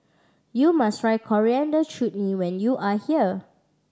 you must try Coriander Chutney when you are here